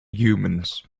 humans